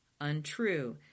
Untrue